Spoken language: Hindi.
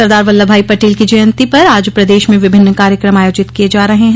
सरदार वल्लभ भाई पटेल की जयन्ती पर आज प्रदेश में विभिन्न कार्यक्रम आयोजित किये जा रहे हैं